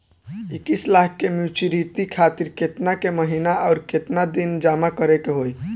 इक्कीस लाख के मचुरिती खातिर केतना के महीना आउरकेतना दिन जमा करे के होई?